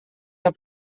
del